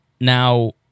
Now